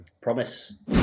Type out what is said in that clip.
promise